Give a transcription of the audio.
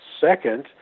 Second